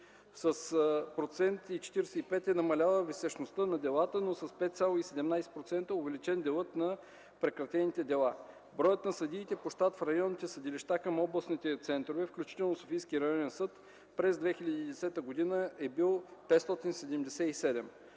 г.); с 1,45% е намалена висящността на делата, но с 5,17% е увеличен делът на прекратените дела. Броят на съдиите по щат в районните съдилища към областните центрове, включително Софийски районен съд през 2010 г. е бил 577.